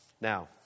Now